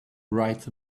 rides